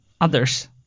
others